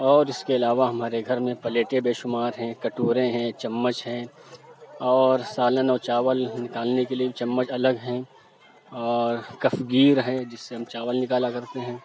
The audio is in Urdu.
اور اِس کے علاوہ ہمارے گھر میں پلیٹیں بےشمار ہیں کٹورے ہیں چمچ ہیں اور سالن اور چاول نکالنے کے لیے چمچ الگ ہیں اور کفگیر ہے جس سے ہم چاول نکالا کرتے ہیں